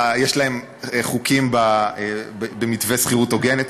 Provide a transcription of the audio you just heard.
יש להן חוקים במתווה שכירות הוגנת.